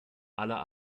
aller